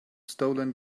stolen